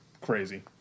crazy